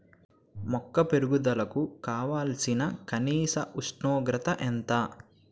మొక్క పెరుగుదలకు కావాల్సిన కనీస ఉష్ణోగ్రత ఎంత?